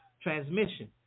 transmission